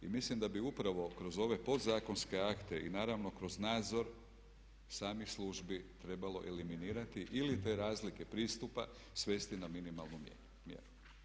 Mislim da bi upravo kroz ove podzakonske akte i naravno kroz nadzor samih službi trebalo eliminirati ili te razlike pristupa svesti na minimalnu mjeru.